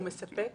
הוא מספק